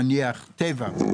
נניח טבע,